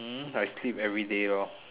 hmm I sleep everyday lor